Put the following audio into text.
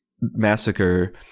massacre